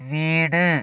വീട്